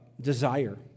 desire